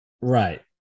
Right